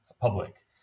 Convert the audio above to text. public